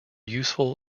useful